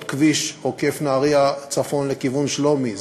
כביש עוקף נהריה-צפון לכיוון שלומי,